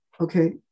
okay